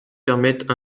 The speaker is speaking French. permettent